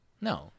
No